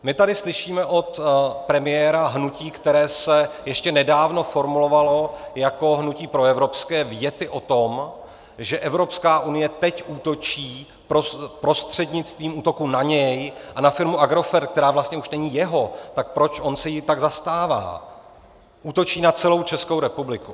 My tady slyšíme od premiéra hnutí, které se ještě nedávno formulovalo jako hnutí proevropské, věty o tom, že Evropská unie teď útočí prostřednictvím útoku na něj a na firmu Agrofert, která už vlastně není jeho tak proč on se jí tak zastává? , útočí na celou Českou republiku.